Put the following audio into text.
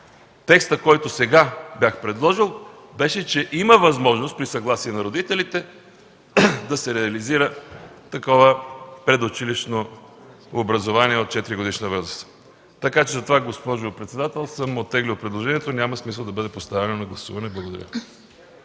Текстът, който сега бях предложил, беше, че има възможност, при съгласие на родителите, да се реализира такова предучилищно образование от 4-годишна възраст. Затова, госпожо председател, съм оттеглил предложението и няма смисъл да бъде поставено на гласуване. Благодаря.